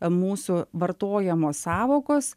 mūsų vartojamos sąvokos